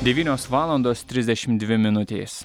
devynios valandos trisdešimt dvi minutės